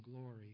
glory